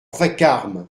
vacarme